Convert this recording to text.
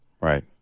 right